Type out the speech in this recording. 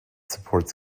supports